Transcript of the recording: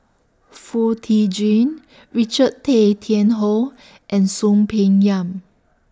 Foo Tee Jun Richard Tay Tian Hoe and Soon Peng Yam